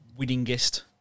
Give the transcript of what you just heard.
winningest